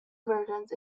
versions